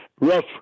rough